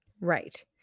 Right